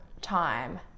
time